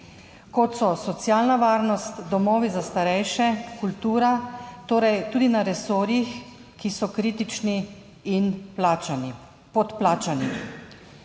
kot so socialna varnost, domovi za starejše, kultura, torej tudi na resorjih, ki so kritični in plačani,